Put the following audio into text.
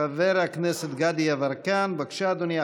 חבר הכנסת גדי יברקן, בבקשה, אדוני.